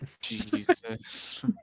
Jesus